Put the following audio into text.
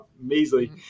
measly